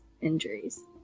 injuries